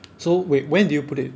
so wait when did you put it